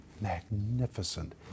magnificent